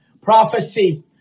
prophecy